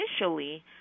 initially